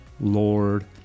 Lord